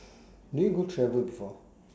do you go travel before